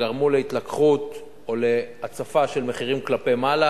גרמו להתלקחות או להצפה של מחירים כלפי מעלה.